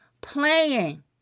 Playing